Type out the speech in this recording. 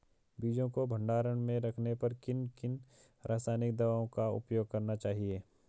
बीजों को भंडारण में रखने पर किन किन रासायनिक दावों का उपयोग करना चाहिए?